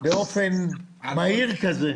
באופן מהיר כזה.